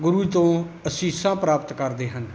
ਗੁਰੂ ਤੋਂ ਅਸੀਸਾਂ ਪ੍ਰਾਪਤ ਕਰਦੇ ਹਨ